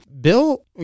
Bill